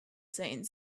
saying